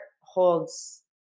holds